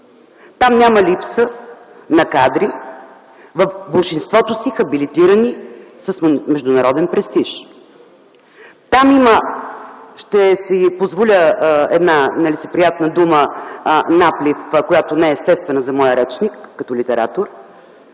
Там няма липса на кадри – в болшинството си хабилитирани, с международен престиж. Там, в неговия доклад, има – ще си позволя една нелицеприятна дума „наплив”, която не е естествена за моя речник като литератор